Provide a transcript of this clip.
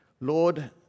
Lord